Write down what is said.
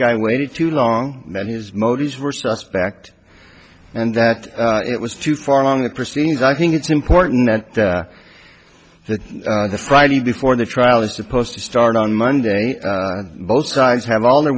guy waited too long and his motives were suspect and that it was too far along the proceedings i think it's important that that the friday before the trial is supposed to start on monday both sides have all their